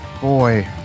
Boy